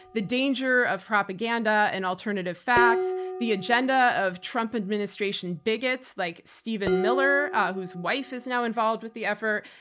the danger of propaganda and alternative facts, the agenda of trump administration bigots like stephen miller whose wife is now involved with the effort.